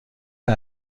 روی